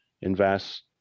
invest